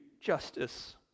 justice